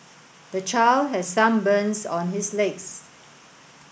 the child has some burns on his legs